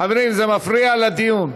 חברים, זה מפריע לדיון.